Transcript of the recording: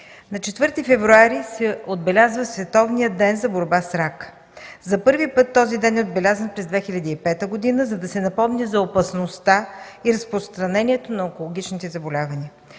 На 4 февруари се отбелязва Световният ден за борба с рака. За първи път този ден е отбелязан през 2005 г., за да се напомни за опасността и разпространението на онкологичните заболявания.